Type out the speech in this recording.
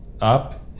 up